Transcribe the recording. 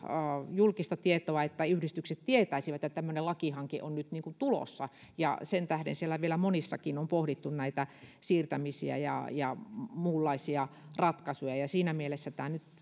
julkista tietoa että yhdistykset tietäisivät että tämmöinen lakihanke on nyt tulossa ja sen tähden vielä monissakin yhdistyksissä on pohdittu näitä siirtämisiä ja ja muunlaisia ratkaisuja siinä mielessä